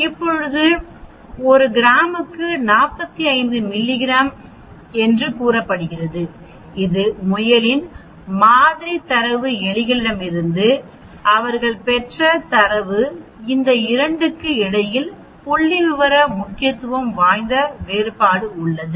இப்போது ஒரு கிராமுக்கு 45 மில்லிகிராம் என்று கூறப்படுகிறது இது முயலின் மாதிரி தரவு எலிகளிடமிருந்து அவர்கள் பெற்ற தரவு இந்த 2 க்கு இடையில் புள்ளிவிவர முக்கியத்துவம் வாய்ந்த வேறுபாடு உள்ளது